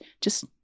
just-